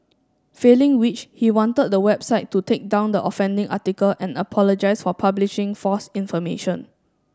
failing which he wanted the website to take down the offending article and apologise for publishing false information